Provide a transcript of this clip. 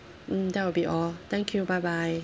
mm that will be all thank you bye bye